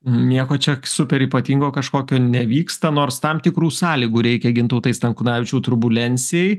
nieko čia super ypatingo kažkokio nevyksta nors tam tikrų sąlygų reikia gintautai stankūnavičiau turbulencijai